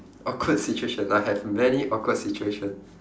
awkward situation I have many awkward situation